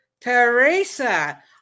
Teresa